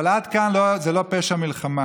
אבל עד כאן זה לא פשע מלחמה.